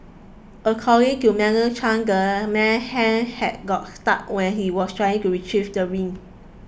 according to Madam Chang the man's hand had got stuck when he was trying to retrieve the ring